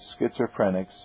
schizophrenics